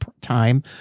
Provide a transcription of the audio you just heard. time